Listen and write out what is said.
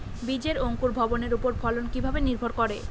বীজের অঙ্কুর ভবনের ওপর ফলন কিভাবে নির্ভর করে?